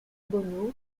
bono